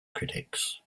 critics